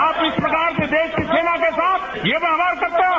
आप इस प्रकार से देश की सेवा के साथ ये व्यवहार करते हो